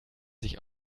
sich